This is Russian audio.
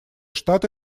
штаты